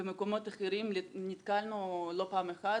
במקומות אחרים נתקלנו לא פעם אחת,